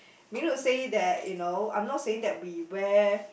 meaning to say that you know I'm not saying that we wear